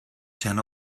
ten